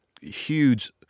huge